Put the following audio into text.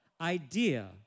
idea